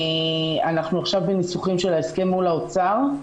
אנחנו עכשיו בניסוחים של ההסכם מול האוצר.